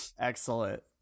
Excellent